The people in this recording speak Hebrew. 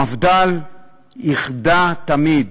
המפד"ל איחדה תמיד.